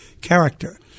character